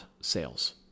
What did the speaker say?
sales